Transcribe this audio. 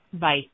Bye